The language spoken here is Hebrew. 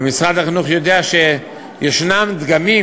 ומשרד החינוך יודע שישנם דגמים